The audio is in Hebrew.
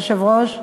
לו "כלל ההוצאה".